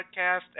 podcast